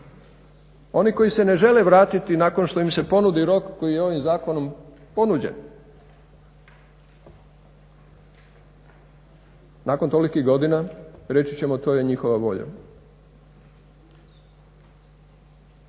oni koji se ne žele vratiti nakon što im se ponudi rok koji je ovim zakonom ponuđen, nakon tolikih godina reći ćemo to je njihova volja.